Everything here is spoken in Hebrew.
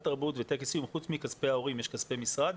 חוץ מכספי ההורים, יש כספי משרד?